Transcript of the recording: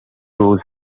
rose